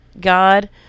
God